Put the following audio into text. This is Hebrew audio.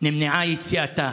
נמנעה יציאתה.